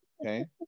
okay